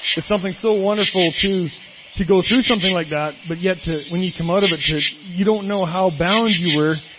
it's something so wonderful to to go through something like that. but yet to, when you come out of it, you don't know how bound you were,